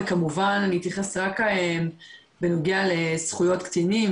וכמובן אתייחס רק בנוגע לזכויות קטינים,